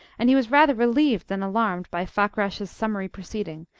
and he was rather relieved than alarmed by fakrash's summary proceeding,